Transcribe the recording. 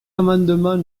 amendements